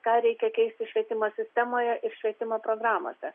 ką reikia keisti švietimo sistemoje ir švietimo programose